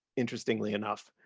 interestingly enough.